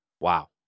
Wow